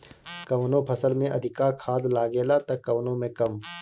कवनो फसल में अधिका खाद लागेला त कवनो में कम